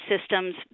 systems